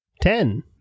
Ten